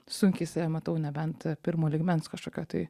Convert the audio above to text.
sunkiai save matau nebent pirmo lygmens kažkokioj tai